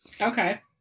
Okay